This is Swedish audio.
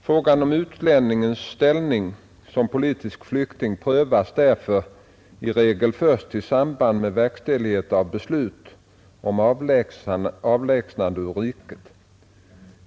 Frågan om utlännings ställning som politisk flykting prövas därför i regel först i samband med verkställighet av beslut om avlägsnande ur riket.